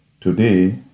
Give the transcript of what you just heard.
Today